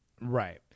Right